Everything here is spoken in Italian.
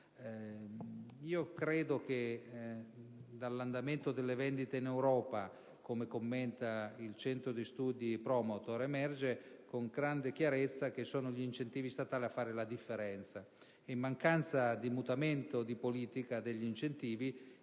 Credo che dall'andamento delle vendite europee, come commenta il Centro Studi Promotor, emerga con grande chiarezza che sono gli incentivi statali a fare la differenza. In mancanza di mutamento di politica degli incentivi,